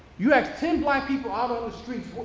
you ask ten black people out on the streets,